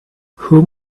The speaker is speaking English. whom